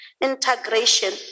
integration